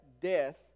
death